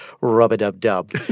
rub-a-dub-dub